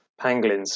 pangolins